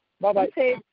Bye-bye